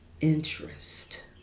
interest